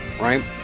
right